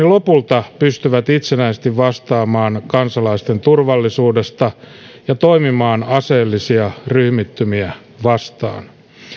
lopulta pystyvät itsenäisesti vastaamaan kansalaisten turvallisuudesta ja toimimaan aseellisia ryhmittymiä vastaan